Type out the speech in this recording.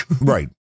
Right